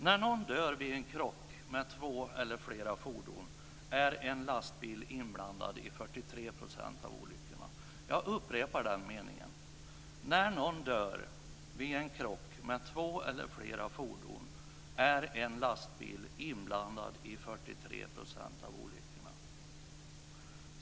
När någon dör vid en krock med två eller fler fordon är en lastbil inblandad i 43 % av olyckorna.